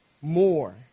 more